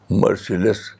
merciless